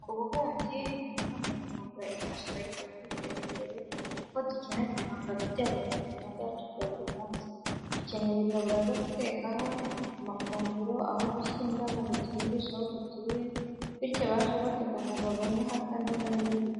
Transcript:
Ububumbyi ni umwe mu myuga ifasha abayikora kwiteza imbere kuko dukenera ibihangano byabo mu buzima bwacu bwa buri munsi. Dukenera imbabura zo gutekaho amafunguro, aho gushyira indabo ngo turimbishe aho dutuye bityo abaje batugana babone hasa neza n'ibindi byinshi.